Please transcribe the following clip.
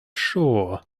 sure